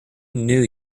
knew